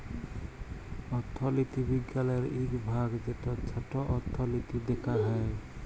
অথ্থলিতি বিজ্ঞালের ইক ভাগ যেট ছট অথ্থলিতি দ্যাখা হ্যয়